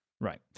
Right